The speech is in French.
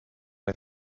les